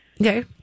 okay